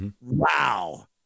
Wow